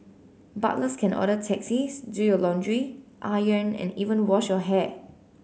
butlers can order taxis do your laundry iron and even wash your hair